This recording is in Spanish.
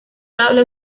cable